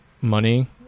money